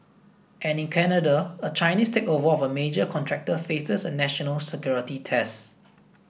and in Canada a Chinese takeover of a major contractor faces a national security test